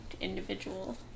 individual